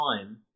time